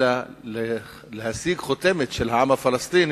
אלא להשיג חותמת של העם הפלסטיני,